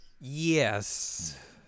Yes